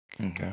Okay